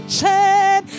chain